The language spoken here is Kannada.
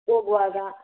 ಹೋಗುವಾಗ